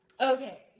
Okay